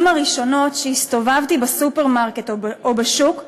הראשונות שהסתובבתי בסופרמרקט או בשוק,